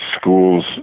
schools